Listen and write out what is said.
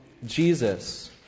Jesus